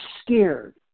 scared